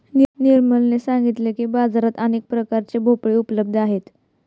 निर्मलने सांगितले की, बाजारात अनेक प्रकारचे भोपळे उपलब्ध आहेत